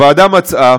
הוועדה מצאה